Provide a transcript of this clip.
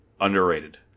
Underrated